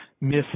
miss